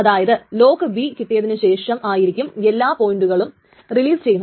അതായത് lock B കിട്ടിയതിനുശേഷമായിരിക്കും എല്ലാ പോയിന്റുകളും റിലീസ് ചെയ്യുന്നത്